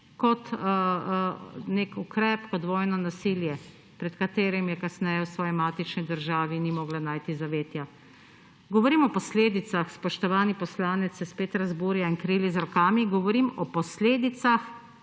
kot nek ukrep, kot vojno nasilje, pred katerim je kasneje v svoji matični državi ni mogla najti zavetja. Govorim o posledicah – spoštovani poslanec se spet razburja in krili z rokami – govorim o posledicah